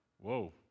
whoa